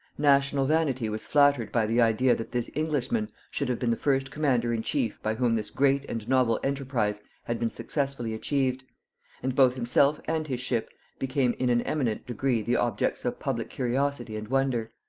national vanity was flattered by the idea that this englishman should have been the first commander-in-chief by whom this great and novel enterprise had been successfully achieved and both himself and his ship became in an eminent degree the objects of public curiosity and wonder.